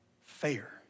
fair